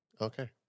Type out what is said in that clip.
Okay